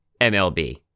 MLB